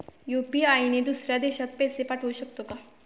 UPI ने दुसऱ्या देशात पैसे पाठवू शकतो का?